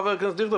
חבר הכנסת דיכטר,